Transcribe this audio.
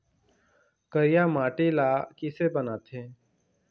करिया माटी ला किसे बनाथे?